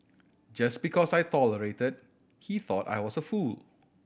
just because I tolerated he thought I was a fool